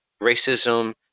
racism